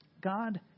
God